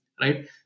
right